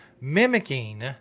Mimicking